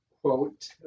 quote